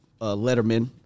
Letterman